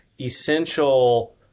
essential